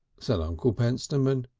said uncle pentstemon.